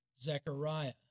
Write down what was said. Zechariah